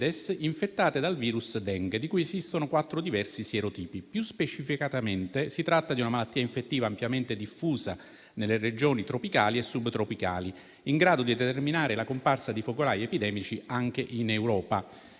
infettate dal virus Dengue, di cui esistono quattro diversi sierotipi. Più specificatamente, si tratta di una malattia infettiva ampiamente diffusa nelle regioni tropicali e subtropicali, in grado di determinare la comparsa di focolai epidemici anche in Europa,